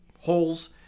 holes